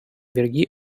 пирки